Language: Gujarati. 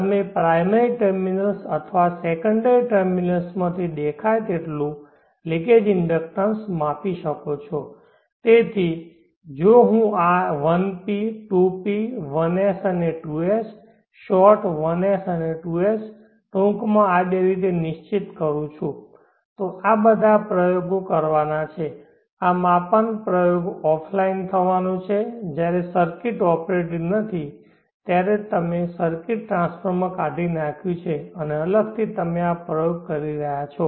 તમે પ્રાઈમરી ટર્મિનલ્સ અથવા સેકન્ડરી ટર્મિનલ્સમાંથી દેખાય તેટલું લિકેજ ઇન્ડક્શનન્સ માપી શકો છો તેથી જો હું આ 1p 2p 1s અને 2s શોર્ટ 1s અને 2s ટૂંકમાં આ બે નિશ્ચિત કરું છું તો આ બધા પ્રયોગો કરવાના છેઆ માપન પ્રયોગ ઑફફલાઇન થવાનો છે જ્યારે સર્કિટ ઓપરેટિવ નથી ત્યારે તમે સર્કિટમાં ટ્રાન્સફોર્મર કાઢીનાખ્યું છે અને અલગથી તમે આ પ્રયોગ કરી રહ્યાં છો